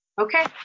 Okay